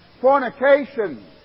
fornication